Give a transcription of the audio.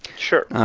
sure.